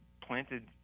planted